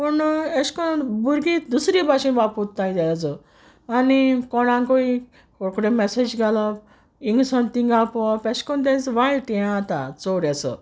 पूण एश कोन भुरगीं दुसरी भाशेन वापोत्ताय तेजो आनी कोणांकूय रोकडे मॅसेज घालप इंगसोन थिंगा पोवोप एश कोन तेंस वायट यें आता चोड एसो